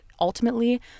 ultimately